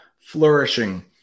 flourishing